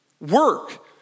work